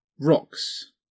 Rocks